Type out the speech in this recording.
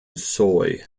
soy